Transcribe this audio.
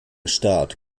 staat